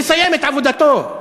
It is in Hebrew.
לסיים את עבודתו.